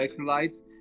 electrolytes